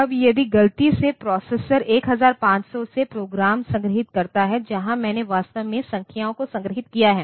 अब यदि गलती से प्रोसेसर 1500 से प्रोग्राम संग्रहीत करता है जहां मैंने वास्तव में संख्याओं को संग्रहीत किया है